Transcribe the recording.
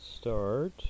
start